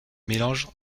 mélange